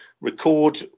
record